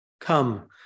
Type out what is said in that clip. Come